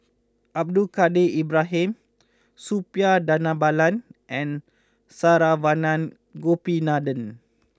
Abdul Kadir Ibrahim Suppiah Dhanabalan and Saravanan Gopinathan